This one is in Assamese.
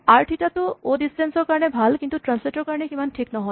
আৰ থিতা টো অ' ডিচটেন্স ৰ কাৰণে ভাল কিন্তু ট্ৰেন্সলেট ৰ কাৰণে সিমান ঠিক নহয়